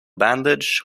bandage